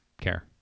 care